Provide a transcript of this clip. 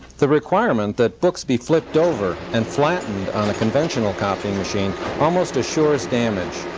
the requirement that books be flipped over and flattened on a conventional copying machine almost assures damage.